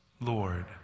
Lord